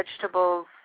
vegetables